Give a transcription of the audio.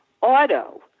auto